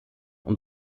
und